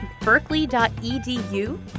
berkeley.edu